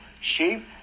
sheep